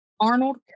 Arnold